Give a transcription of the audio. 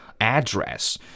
address